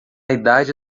idade